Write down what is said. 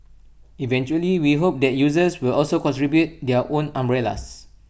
eventually we hope that users will also contribute their own umbrellas